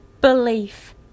belief